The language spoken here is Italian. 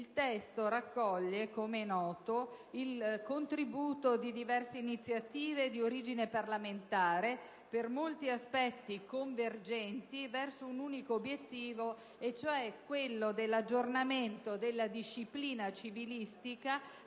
Il testo raccoglie - come è noto - il contributo di diverse iniziative di origine parlamentare, per molti aspetti convergenti verso un unico obiettivo, quello dell'aggiornamento della disciplina civilistica